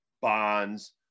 Bonds